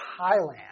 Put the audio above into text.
Thailand